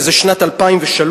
וזה שנת 2003,